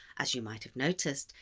as you might have noticed,